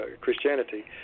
Christianity